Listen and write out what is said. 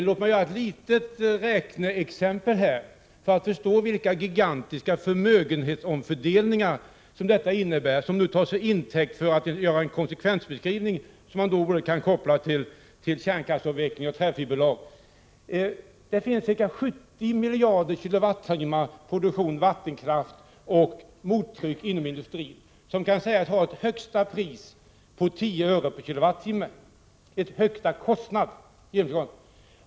Låt mig göra ett litet räkneexempel för att visa vilka gigantiska förmögenhetsomfördelningar som detta innebär, det som nu tas till intäkt för att göra en konsekvensbeskrivning som kan kopplas till både kärnkraftsavveckling och träfiberlag. Ca 70 miljarder kWh av den el som används inom industrin produceras med hjälp av vattenkraft och mottryckskraft. Denna el kan sägas ha en högsta kostnad på 10 öre per kWh.